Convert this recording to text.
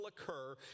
occur